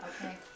Okay